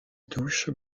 touche